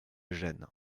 gênes